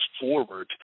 forward